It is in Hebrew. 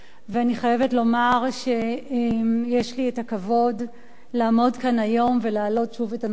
ואני חייבת לומר שיש לי הכבוד לעמוד כאן היום ולהעלות שוב את הנושא.